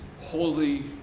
holy